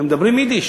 הם מדברים יידיש,